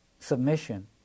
Submission